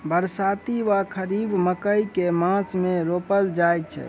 बरसाती वा खरीफ मकई केँ मास मे रोपल जाय छैय?